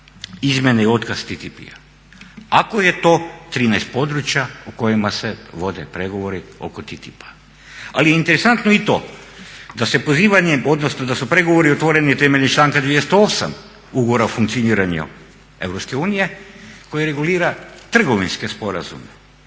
izmjena i otkaz TTIP-a. Ako je to 13 područja u kojim se vode progovore oko TTIP-a. Ali interesantno je i to da se pozivanjem, odnosno da su pregovori otvoreni temeljem članka 208.ugovora o funkcioniranju EU koji regulira trgovinske sporazume,